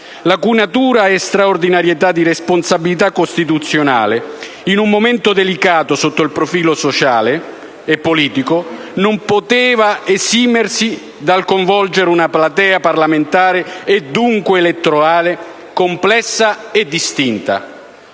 la cui straordinarietà di responsabilità costituzionale, in un momento delicato sotto il profilo sociale e politico, non potevano esimere dal coinvolgere una platea parlamentare e dunque elettorale complessa e distinta.